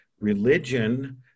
religion